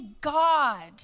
God